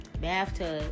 bathtub